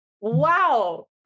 Wow